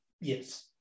yes